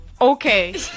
Okay